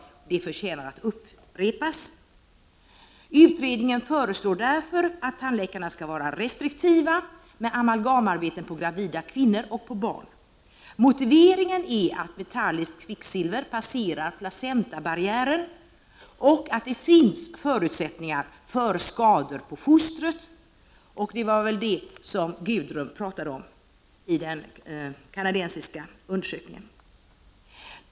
Detta uttalande förtjänar att upprepas. Utredningen föreslog därför att tandläkarna skall vara restriktiva med amalgamarbeten på gravida kvinnor och barn. Motiveringen var att metalliskt kvicksilver passerar placenta-barriären och att det finns förutsättningar för skador på fostret. Gudrun Schyman talade om detta i samband med att hon nämnde den kanadensiska undersökningen.